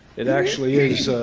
it actually is